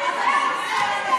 תתביישי לך.